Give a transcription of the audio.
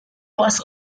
was